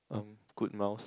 um good mouse